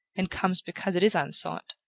and comes because it is unsought,